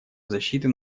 защиты